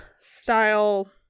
style